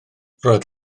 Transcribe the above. roedd